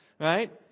right